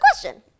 question